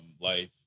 life